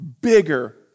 bigger